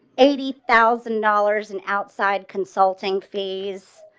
eighty thousand dollars an outside consulting fees.